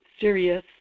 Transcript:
serious